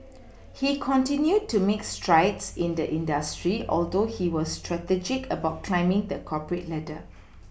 he continued to make strides in the industry although he was strategic about climbing the corporate ladder